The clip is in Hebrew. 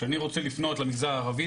כשאני רוצה לפנות למגזר הערבי,